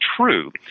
true